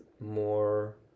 more